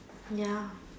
ya